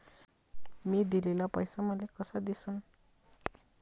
मी दिलेला पैसा मले कसा दिसन?